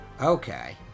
Okay